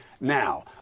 now